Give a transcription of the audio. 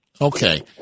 Okay